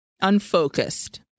unfocused